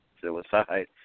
suicide